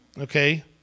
okay